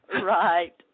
Right